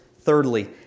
Thirdly